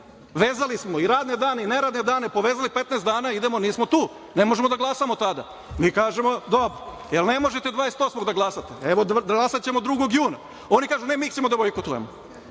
vezali smo i radne dane i neradne dane, povezali 15 dana, idemo, nismo tu, ne možemo da glasamo tada. Mi kažemo – dobro, ne možete 28. da glasate, evo glasaćemo 2. juna. Oni kažu – ne, mi ćemo da bojkotujemo. Juče